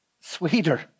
Sweeter